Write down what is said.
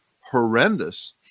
horrendous